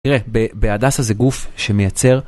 תראה, בהדסה זה גוף שמייצר...